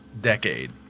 decade